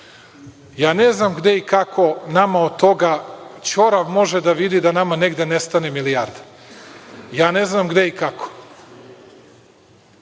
Ne znam gde i kako nama od toga, ćorav može da vidi da nama negde nestane milijarda. Ne znam gde i kako.